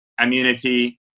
immunity